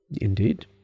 Indeed